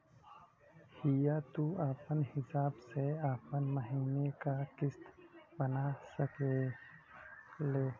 हिंया तू आपन हिसाब से आपन महीने का किस्त बना सकेल